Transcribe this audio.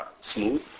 smooth